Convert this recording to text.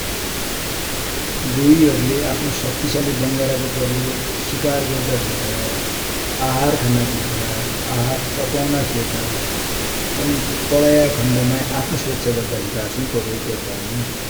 गोहिहरु ले आफ्नो सक्तिसालि बङ्गारा को प्रयोग सिकार गर्दा कि लेखा, आहार खानकि लेखा, आहार चपौनाकि लेखा, परि आया खन्ड माइ आत्मसुरक्षा गर्दा कि लेखा चाइ प्रयोग गर्दान ।